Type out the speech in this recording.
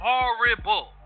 Horrible